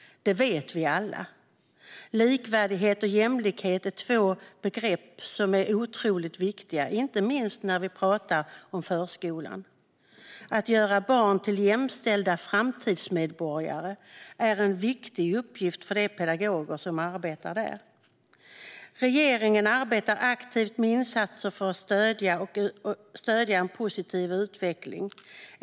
Det vet vi alla. Likvärdighet och jämlikhet är två begrepp som är otroligt viktiga, inte minst när vi pratar om förskolan. Att göra barn till jämställda framtidsmedborgare är en viktig uppgift för de pedagoger som arbetar där. Regeringen arbetar aktivt med insatser för att stödja en positiv utveckling.